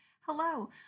hello